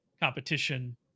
competition